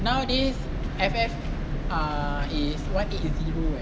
nowadays F_F ah is one eight zero eh